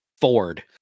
Ford